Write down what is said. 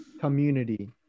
community